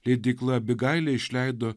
leidykla abigailė išleido